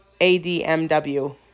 ADMW